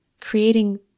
creating